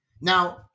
Now